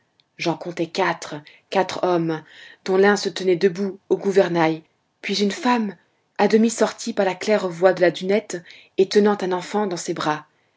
j'en comptai quatre quatre hommes dont l'un se tenait debout au gouvernail puis une femme à demi sortie par la claire-voie de la dunette et tenant un enfant dans ses bras